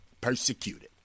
Persecuted